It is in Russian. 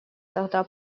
тогда